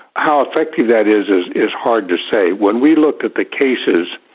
how effective that is, is is hard to say. when we looked at the cases,